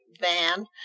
van